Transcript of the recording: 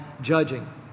judging